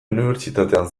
unibertsitatean